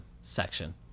section